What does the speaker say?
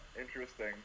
interesting